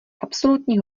absolutní